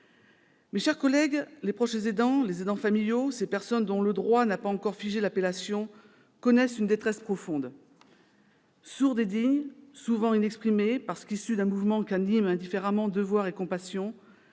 Mes chers collègues, les proches aidants, les aidants familiaux, ces personnes dont le droit n'a pas encore figé l'appellation, connaissent une détresse profonde. Sourde et digne, souvent inexprimée parce qu'issue d'un mouvement qu'animent indistinctement devoir et compassion